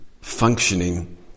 functioning